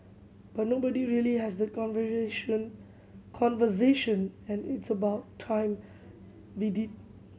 but nobody really has that conversation and it's about time we did